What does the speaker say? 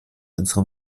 unserem